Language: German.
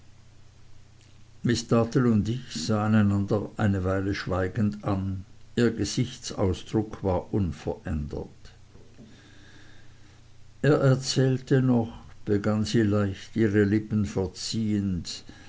und ich sahen einander eine weile schweigend an ihr gesichtsausdruck war unverändert er erzählte noch begann sie leicht ihre lippen verziehend